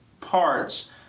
parts